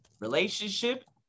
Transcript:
relationship